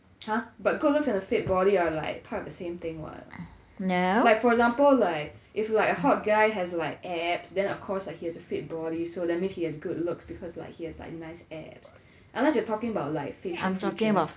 !huh! but good looks and a fit body are part of the same thing [what] like for example like if like a hot guy has like abs then of course he has like a fit body so that means he has good looks because like he has like nice abs unless you're talking about like facial features